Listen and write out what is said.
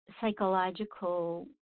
psychological